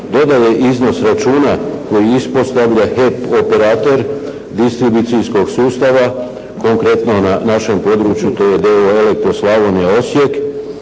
dodaje iznos računa koji ispostavlja HEP operater, distribucijskog sustava konkretno na našem području to je d.o.o. Elektroslavonija Osijek.